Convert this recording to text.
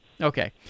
okay